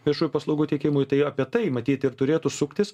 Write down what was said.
viešųjų paslaugų teikimui tai apie tai matyt ir turėtų suktis